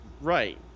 Right